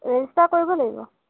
register কৰিব লাগিব